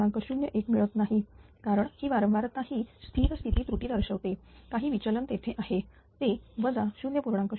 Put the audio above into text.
01 मिळत नाही कारण ही वारंवारता ही स्थिर स्थिती त्रुटी दर्शवते काही विचलन तेथे आहे ते वजा 0